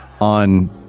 on